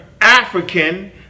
African